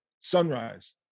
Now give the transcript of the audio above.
sunrise